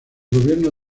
gobierno